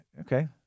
Okay